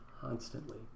constantly